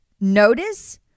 Notice